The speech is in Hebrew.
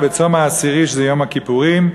"וצום העשירי" שזה יום הכיפורים,